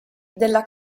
della